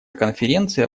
конференция